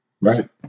Right